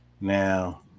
Now